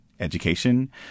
education